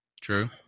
True